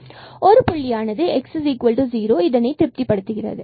ஒரு புள்ளியானது x0ஐ திருப்தி படுத்துகிறது